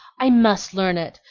i must learn it!